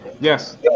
Yes